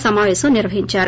సమావేశం నిర్వహించారు